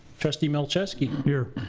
trustee malcheski? here.